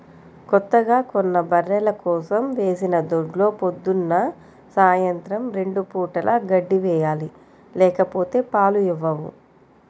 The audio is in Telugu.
కొత్తగా కొన్న బర్రెల కోసం వేసిన దొడ్లో పొద్దున్న, సాయంత్రం రెండు పూటలా గడ్డి వేయాలి లేకపోతే పాలు ఇవ్వవు